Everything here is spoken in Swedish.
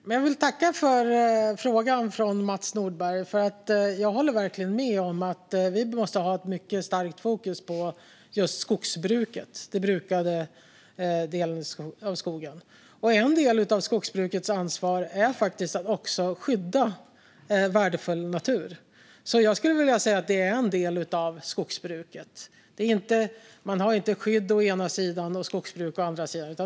Fru talman! Jag vill tacka för frågan från Mats Nordberg. Jag håller verkligen med om att vi måste ha ett mycket starkt fokus på just skogsbruket, den brukade delen av skogen. En del av skogsbrukets ansvar är också att skydda värdefull natur. Det är en del av skogsbruket. Man har inte skydd å ena sidan och skogsbruk å andra sidan.